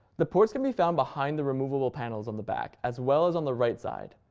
the ports can be found behind the removable panels on the back, as well as on the right side.